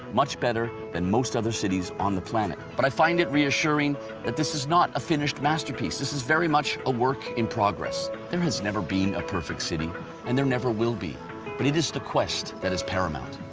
much better than most other cities on the planet but i find it reassuring that this is not a finished masterpiece. this is very much a work in progress. there has never been a perfect city and there never will be but it is the quest that is paramount.